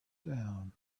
down